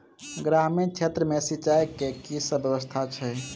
ग्रामीण क्षेत्र मे सिंचाई केँ की सब व्यवस्था छै?